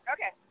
Okay